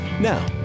now